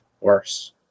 worse